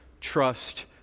trust